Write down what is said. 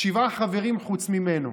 שבעה חברים חוץ ממנו,